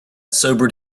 sobered